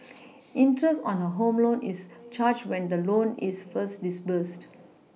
interest on a home loan is charged when the loan is first disbursed